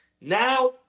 Now